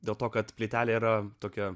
dėl to kad plytelė yra tokia